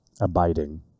abiding